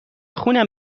خونم